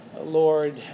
Lord